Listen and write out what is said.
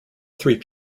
three